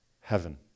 Heaven